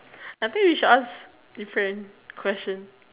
I think we should ask different questions